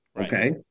okay